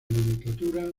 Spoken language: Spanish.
nomenclatura